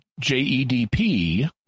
JEDP